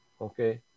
okay